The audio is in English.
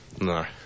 No